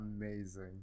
amazing